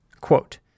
Quote